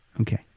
Okay